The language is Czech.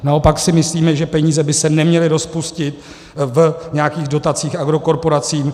Naopak si myslíme, že peníze by se neměly rozpustit v nějakých dotacích eurokorporacím.